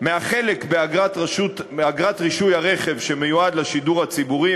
מהחלק מאגרת רישוי הרכב שמיועד לשידור הציבורי,